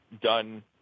done